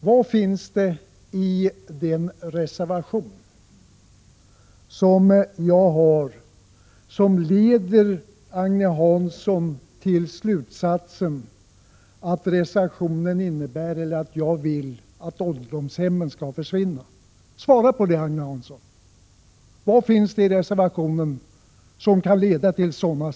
Vad finns det i den reservation som jag har skrivit som leder Agne Hansson till slutsatsen att reservationen innebär eller att jag vill att ålderdomshemmen skall försvinna? Svara på det, Agne Hansson!